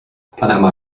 panama